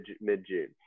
mid-June